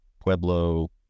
Pueblo